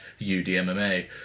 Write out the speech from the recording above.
udmma